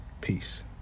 Peace